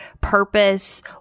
purpose